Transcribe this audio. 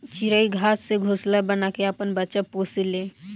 चिरई घास से घोंसला बना के आपन बच्चा पोसे ले